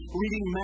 reading